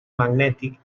magnètic